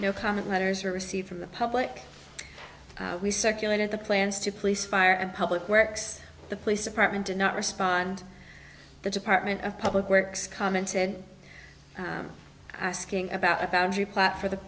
no comment letters were received from the public we circulated the plans to police fire and public works the police department did not respond the department of public works commented asking about a foundry plant for the